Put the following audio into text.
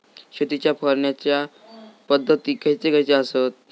शेतीच्या करण्याचे पध्दती खैचे खैचे आसत?